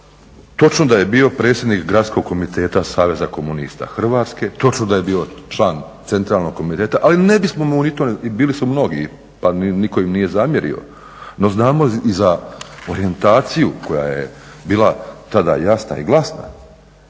točno da je bio predsjednik Gradskog komiteta saveza komunista Hrvatske, točno da je bio član Centralnog komiteta, ali ne bismo mu ni to, bili su mnogi pa niko im nije zamjerio, no znamo i za orijentaciju koja je bila tada jasna i glasna